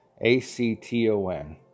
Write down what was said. A-C-T-O-N